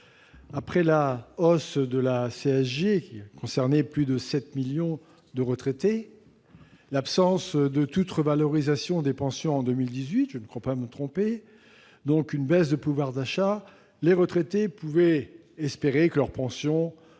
Après la hausse de la CSG, qui concerne plus de 7 millions de retraités, l'absence de toute revalorisation des pensions en 2018, impliquant une baisse de leur pouvoir d'achat, les retraités pouvaient espérer que leurs pensions seraient